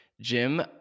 Jim